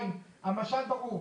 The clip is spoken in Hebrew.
המשל ברור.